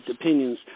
opinions